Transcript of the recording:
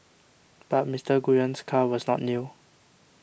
but Mister Nguyen's car was not new